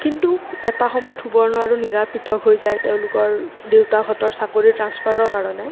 কিন্তু এটা সময়ত সুবৰ্ণ আৰু মীৰা পৃথক হৈ যায় তেওঁলোকৰ দেউতাকহঁতৰ চাকৰিৰ ট্ৰেঞ্চফাৰৰ কাৰণে